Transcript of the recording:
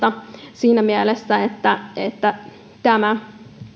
siinä mielessä että että tämä